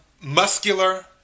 Muscular